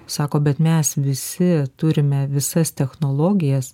sako bet mes visi turime visas technologijas